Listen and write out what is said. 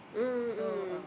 mm mm